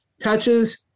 touches